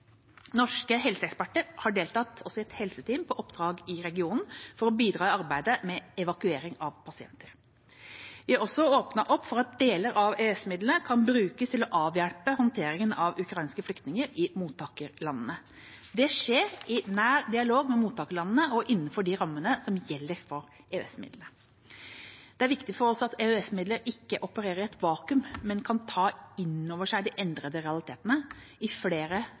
Norske helseeksperter har også deltatt i helseteam på oppdrag i regionen, for å bidra i arbeidet med evakuering av pasienter. Vi har også åpnet opp for at deler av EØS-midlene kan brukes til å avhjelpe håndteringen av ukrainske flyktninger i mottakerlandene. Det skjer i nær dialog med mottakerlandene og innenfor de rammene som gjelder for EØS-midlene. Det er viktig for oss at EØS-midlene ikke opererer i et vakuum, men kan ta inn over seg de endrede realitetene i flere